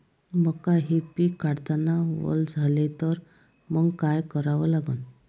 मका हे पिक काढतांना वल झाले तर मंग काय करावं लागन?